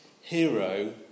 hero